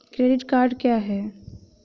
Credit card क्या है?